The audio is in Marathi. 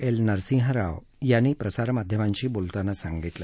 एल नरसिंह राव यांनी प्रसारमाध्यमांशी बोलताना सांगितलं